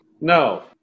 No